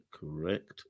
correct